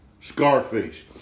Scarface